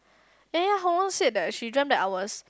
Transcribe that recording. ya ya Hong Rong said that she dreamt that I was